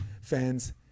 fans